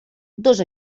dos